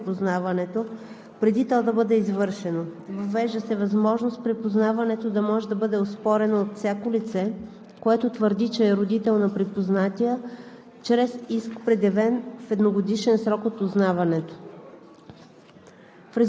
Господин Стоянов отбеляза, че се създава възможност дирекция „Социално подпомагане“ да оспори припознаването преди то да бъде извършено. Въвежда се възможност припознаването да може да бъде оспорено от всяко лице, което твърди, че е родител на припознатия,